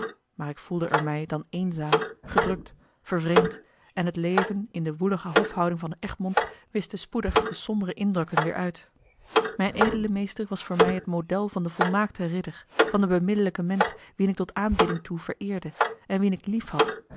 maar ik voelde er mij dan eenzaam gedrukt vervreemd en het leven in de woelige hofhouding van egmond wischte spoedig de sombere indrukken weêr uit mijn edele meester was voor mij het model van den volmaakten ridder van den beminnelijken mensch wien ik tot aanbidding toe vereerde en wien ik liefhad